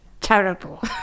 terrible